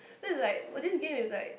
this is like !wah! this is game is like